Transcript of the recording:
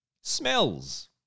Smells